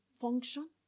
function